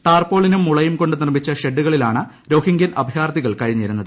ടാർപോളിനും മുളയും കൊണ്ട് നിർമ്മിച്ച ഷെഡുകളിലാണ് രോഹിൻഗ്യൻ അഭയാർത്ഥികൾ കഴിഞ്ഞിരുന്നത്